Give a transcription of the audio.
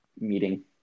meeting